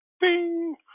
bing